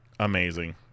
Amazing